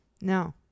no